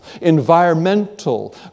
environmental